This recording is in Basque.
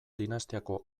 dinastiako